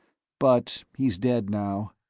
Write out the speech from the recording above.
but he's dead now.